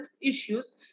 issues